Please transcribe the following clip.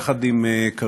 יחד עם קארין,